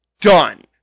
done